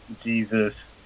Jesus